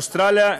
אוסטרליה,